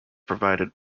provided